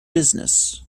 business